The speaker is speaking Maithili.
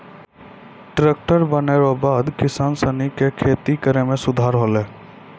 टैक्ट्रर बनला रो बाद किसान सनी के खेती करै मे सुधार होलै